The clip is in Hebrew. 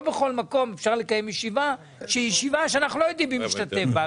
לא בכל מקום אפשר לקיים ישיבה שאנחנו לא יודעים מי משתתף בה.